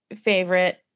favorite